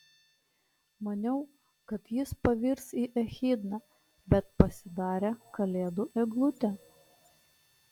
maniau kad jis pavirs į echidną bet pasidarė kalėdų eglutė